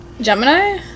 Gemini